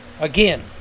again